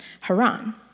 Haran